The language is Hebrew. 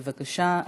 בבקשה,